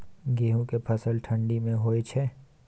गेहूं के फसल ठंडी मे होय छै?